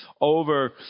over